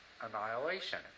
annihilation